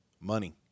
money